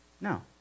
No